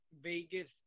Vegas